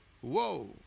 whoa